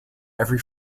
every